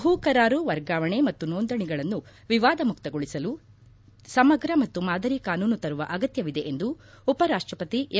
ಭೂ ಕರಾರು ವರ್ಗಾವಣೆ ಮತ್ತು ನೋಂದಣಿಗಳನ್ನು ವಿವಾದಮುಕ್ತಗೊಳಿಸಲು ಸಮಗ್ರ ಮತ್ತು ಮಾದರಿ ಕಾನೂನು ತರುವ ಅಗತ್ತವಿದೆ ಎಂದು ಉಪ ರಾಷ್ಷಪತಿ ಎಂ